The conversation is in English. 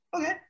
Okay